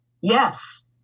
yes